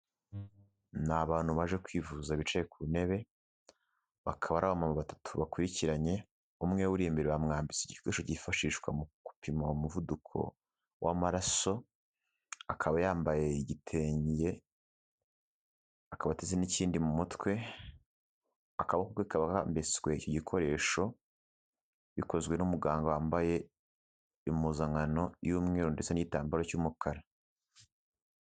Ni abantu baje kwivuza bicaye ku ntebe, bakaba ari abamama batatu bakurikiranye, umwe uri imbere bamwambitse igikoresho cyifashishwa mu gupima umuvuduko w'amaraso, akaba yambaye igitenge, akaba ateze n'ikindi mu mutwe, akaboko ke kakaba kambitswe icyo gikoresho. Bikozwe n'umuganga wambaye impuzankano y'umweru ndetse n'igitambaro cy'umukara.